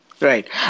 Right